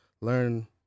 learn